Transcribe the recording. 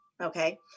Okay